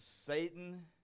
Satan